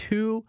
Two